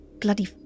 bloody